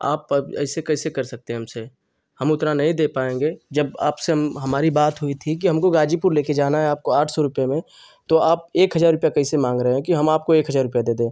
आप अब ऐसे कैसे कर सकते हैं हमसे हम उतना नहीं दे पाएँगे जब आपसे हम हमारी बात हुई थी कि हमको गाज़ीपुर लेकर जाना है आपको आठ सौ रुपये में तो आप एक हज़ार रुपया कैसे माँग रहे हैं कि हम आपको एक हज़ार रुपया दे दें